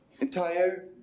entire